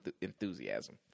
enthusiasm